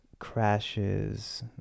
crashes